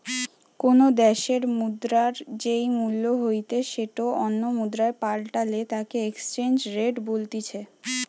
কোনো দ্যাশের মুদ্রার যেই মূল্য হইতে সেটো অন্য মুদ্রায় পাল্টালে তাকে এক্সচেঞ্জ রেট বলতিছে